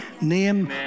name